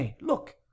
look